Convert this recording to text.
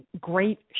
great